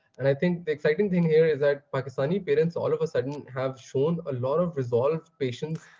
and i think the exciting thing here is that pakistani parents all of a sudden have shown a lot of resolve, patience,